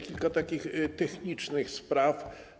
Kilka takich technicznych spraw.